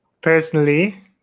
Personally